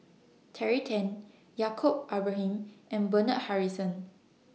Terry Tan Yaacob Ibrahim and Bernard Harrison